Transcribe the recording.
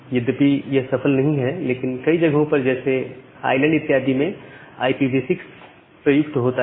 यद्यपि यह सफल नहीं है लेकिन कई जगहों पर जैसे आईलैंड इत्यादि में IPv6 प्रयुक्त होता है